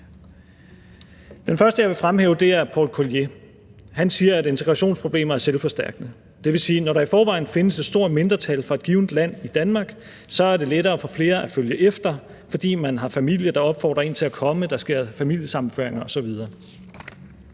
Den første, jeg vil fremhæve er Paul Collier. Han siger, at integrationsproblemer er selvforstærkende. Det vil sige, at når der i forvejen findes et stort mindretal fra et givent land i Danmark, er det lettere for flere at følge efter, fordi man har familie, der opfordrer en til at komme, der sker familiesammenføringer osv.